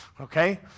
Okay